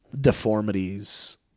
deformities